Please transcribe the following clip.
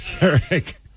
Eric